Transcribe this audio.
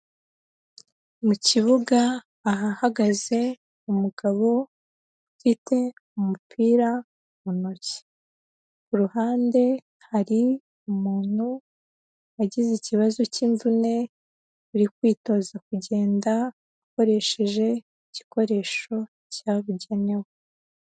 Mu kibuga ahahagaze umugabo ufite umupira mu ntoki, ku ruhande hari umuntu wagize ikibazo k'imvune, uri kwitoza kugenda akoresheje igikoresho cyabugenewe.